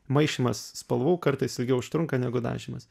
maišymas spalvų kartais ilgiau užtrunka negu dažymas